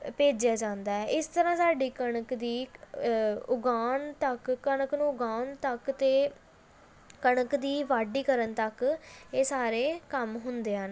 ਭੇਜਿਆ ਜਾਂਦਾ ਹੈ ਇਸ ਤਰ੍ਹਾਂ ਸਾਡੀ ਕਣਕ ਦੀ ਉਗਾਉਣ ਤੱਕ ਕਣਕ ਨੂੰ ਉਗਾਉਣ ਤੱਕ ਅਤੇ ਕਣਕ ਦੀ ਵਾਢੀ ਕਰਨ ਤੱਕ ਇਹ ਸਾਰੇ ਕੰਮ ਹੁੰਦੇ ਹਨ